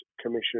Commission